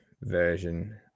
version